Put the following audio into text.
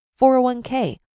401k